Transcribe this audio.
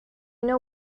know